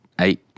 eight